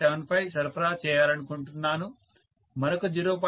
75 సరఫరా చేయాలనుకుంటున్నాను మరొక 0